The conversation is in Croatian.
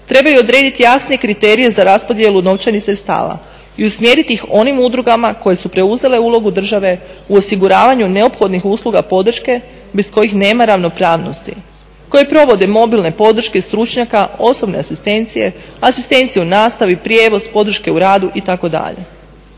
trebaju odrediti jasne kriterije za raspodjelu novčanih sredstava i usmjeriti ih onim udrugama koje su preuzele ulogu države u osiguravanju neophodnih usluga podrške bez kojih nema ravnopravnosti, koje provode mobilne podrške stručnjaka, osobne asistencije, asistencije u nastavi, prijevoz, podrške u radu itd.